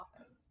office